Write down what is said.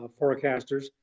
forecasters